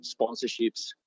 sponsorships